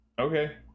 Okay